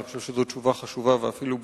אני חושב שזו תשובה חשובה ואפילו בשורה,